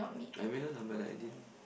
I met her lah but like I didn't want